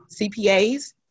CPAs